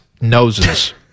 noses